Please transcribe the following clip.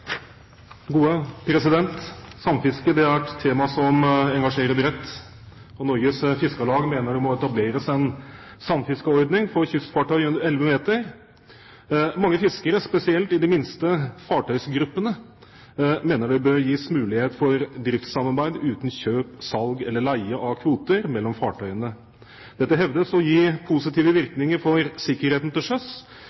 engasjerer bredt. Norges Fiskarlag mener det må etableres en samfiskeordning for kystfartøy under 11 meter. Mange fiskere, spesielt i de minste fartøygruppene, mener det bør gis mulighet for driftssamarbeid uten kjøp, salg eller leie av kvoter mellom fartøyene. Dette hevdes å gi positive